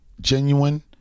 genuine